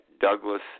Douglas